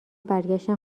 برگشتن